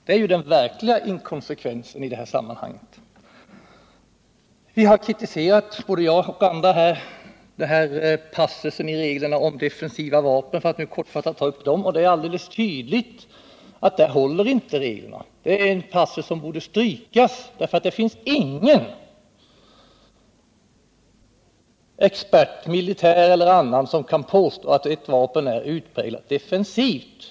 Det är den verkliga inkonsekvensen i det här sammanhanget. Både jag och andra här har kritiserat passusen i reglerna om defensiva vapen, för att nu kortfattat ta upp den frågan. Det är alldeles tydligt att de reglerna inte håller. Det är en passus som borde strykas. Det finns ingen, vare sig någon expert eller någon annan, som kan påstå att ett vapen är utpräglat defensivt.